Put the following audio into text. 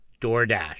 DoorDash